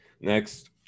Next